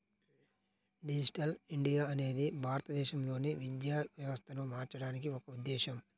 digital India అనేది భారతదేశంలోని విద్యా వ్యవస్థను మార్చడానికి ఒక ఉద్ధేశం